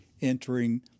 entering